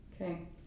Okay